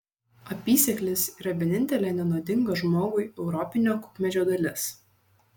apysėklis yra vienintelė nenuodinga žmogui europinio kukmedžio dalis